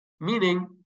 Meaning